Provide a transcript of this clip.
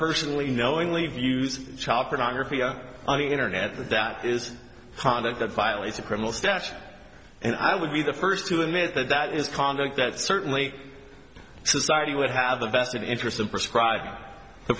personally knowingly views child pornography on the internet that is part of that file it's a criminal statute and i would be the first to admit that that is conduct that certainly society would have a vested interest in prescribe the